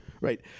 Right